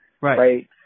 Right